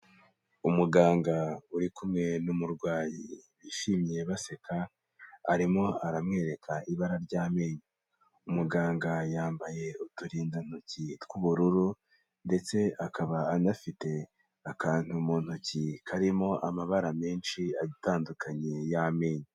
Umuganga uri kumwe n'umurwayi bishimye baseka, arimo aramwereka ibara ry'amenyo, umuganga yambaye uturindantoki tw'ubururu ndetse akaba anafite akantu mu ntoki karimo amabara menshi atandukanye y'amenyo.